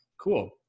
cool